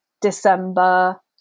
December